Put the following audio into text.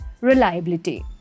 reliability